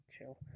chill